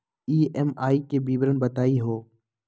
EMI के विवरण बताही हो?